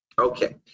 okay